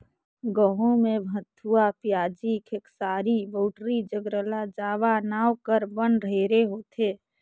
गहूँ में भथुवा, पियाजी, खेकसारी, बउटरी, ज्रगला जावा नांव कर बन ढेरे होथे